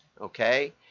Okay